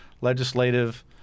legislative